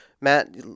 Matt